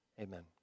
amen